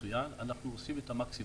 עושים את המקסימום.